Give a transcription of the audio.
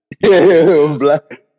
Black